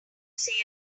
say